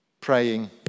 Praying